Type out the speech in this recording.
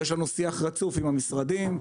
יש שיח רצוף עם המשרדים,